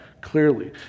clearly